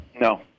No